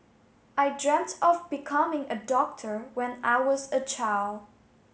I dreamt of becoming a doctor when I was a child